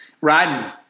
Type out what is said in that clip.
riding